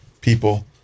people